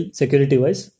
security-wise